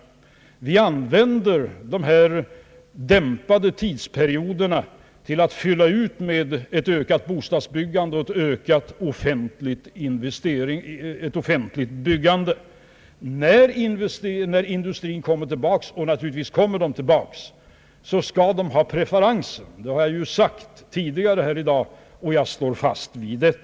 Vi använder dessa dämpade perioder till att fylla ut med ett ökat bostadsbyggande och ett ökat offentligt byggande. När industrin kommer tillbaka — och naturligtvis gör den det — skall den ha preferensen. Detta har jag sagt tidigare i dag, och jag står fast vid det.